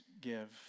give